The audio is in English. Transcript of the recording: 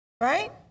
right